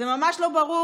זה ממש לא ברור,